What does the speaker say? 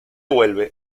vuelve